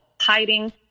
hiding